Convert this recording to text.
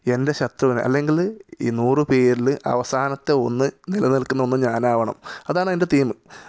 എൻ്റെ ശത്രുവിനെ അല്ലെങ്കിൽ ഈ നൂറ് പേരിൽ അവസാനത്തെ ഒന്ന് നിലനിൽക്കുന്ന ഒന്ന് ഞാനാവണം അതാണ് അതിൻ്റെ തീം